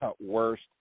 Worst